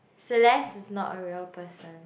Celeste is not a real person